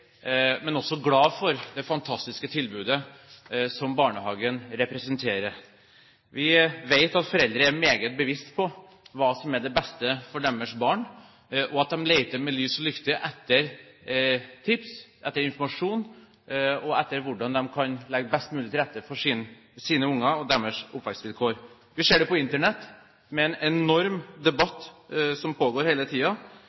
men også glade for det fantastiske tilbudet som barnehagen representerer. Vi vet at foreldre er meget bevisste på hva som er det beste for deres barn, og at de leter med lys og lykte etter tips, etter informasjon, om hvordan de kan legge best mulig til rette for sine barn og deres oppvekstvilkår. Vi ser det på Internett, der det pågår en enorm